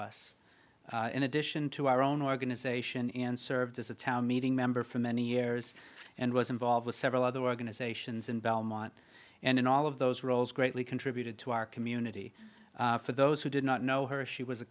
to us in addition to our own organization and served as a town meeting member for many years and was involved with several other working as a sions in belmont and in all of those roles greatly contributed to our community for those who did not know her she was a